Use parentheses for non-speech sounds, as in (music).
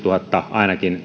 ainakin (unintelligible)